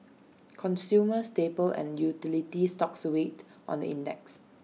consumer staple and utility stocks weighed on the index